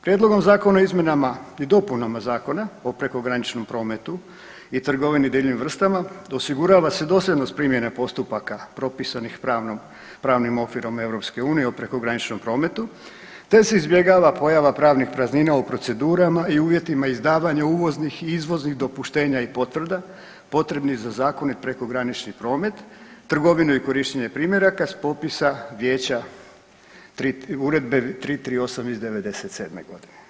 Prijedlogom zakona o izmjenama i dopunama Zakona o prekograničnom prometu i trgovini divljim vrstama osigurava se dosljednost primjene postupaka propisanih pravnim okvirom EU o prekograničnom prometu, te se izbjegava pojava pravnih praznina o procedurama i uvjetima izdavanja uvoznih i izvoznih dopuštenja i potvrda potrebnih za zakonit prekogranični promet, trgovinu i korištenje primjeraka s popisa Vijeća Uredbe 338. iz '97. godine.